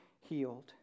healed